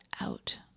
out